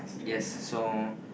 yes so